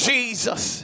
Jesus